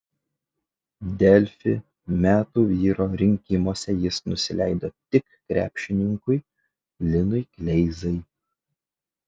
delfi metų vyro rinkimuose jis nusileido tik krepšininkui linui kleizai